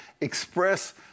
express